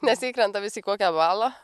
nes įkrenta vis į kokią balą